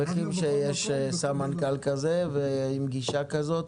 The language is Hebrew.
אנחנו שמחים שיש סמנכ"ל כזה עם גישה כזאת.